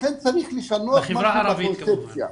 לכן צריך לשנות את הפרופורציה.